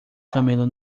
camelo